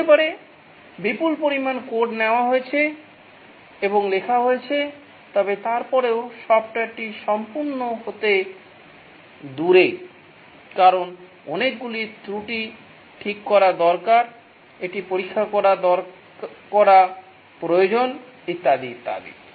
হতে পারে বিপুল পরিমাণ কোড নেওয়া হয়েছে এবং লেখা হয়েছে তবে তারপরেও সফ্টওয়্যারটি সম্পূর্ণ হতে দূরে কারণ অনেকগুলি ত্রুটি ঠিক করা দরকার এটি পরীক্ষা করা প্রয়োজন ইত্যাদি ইত্যাদি